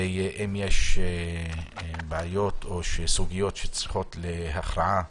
ואם יש סוגיות שצריכות הכרעה,